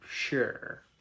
Sure